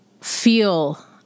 feel